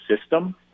system